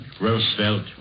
Roosevelt